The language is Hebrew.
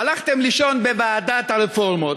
הלכתם לישון בוועדת הרפורמות,